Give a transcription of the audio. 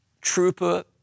Trooper